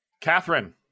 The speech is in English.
Catherine